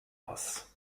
aus